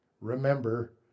Remember